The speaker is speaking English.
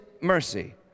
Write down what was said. mercy